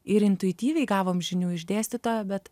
ir intuityviai gavom žinių iš dėstytojo bet